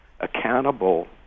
accountable